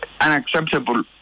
unacceptable